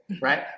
right